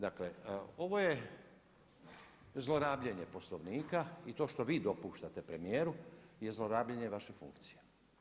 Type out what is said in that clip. Dakle ovo je zlorabljenje Poslovnika i to što vi dopuštate premijeru je zlorabljenje vaše funkcije.